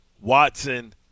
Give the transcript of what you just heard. Watson